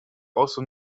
also